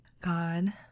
God